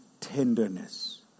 tenderness